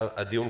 הדיון,